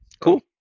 Cool